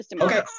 Okay